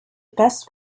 best